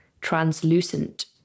translucent